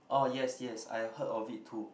oh yes yes I heard of it too